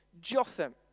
Jotham